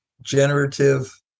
generative